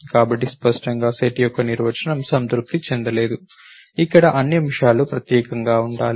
కాబట్టి స్పష్టంగా సెట్ యొక్క నిర్వచనం సంతృప్తి చెందలేదు ఇక్కడ అన్ని అంశాలు ప్రత్యేకంగా ఉండాలి